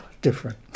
different